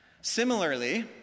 Similarly